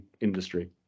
industry